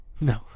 no